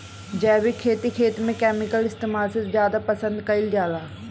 जैविक खेती खेत में केमिकल इस्तेमाल से ज्यादा पसंद कईल जाला